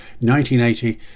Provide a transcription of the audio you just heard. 1980